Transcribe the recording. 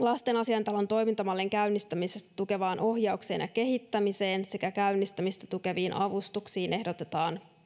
lastenasiaintalon toimintamallin käynnistämistä tukevaan ohjaukseen ja kehittämiseen sekä käynnistämistä tukeviin avustuksiin ehdotetaan